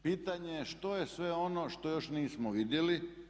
Pitanje je što je sve ono što još nismo vidjeli?